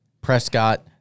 Prescott